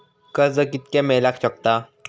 कर्ज कितक्या मेलाक शकता?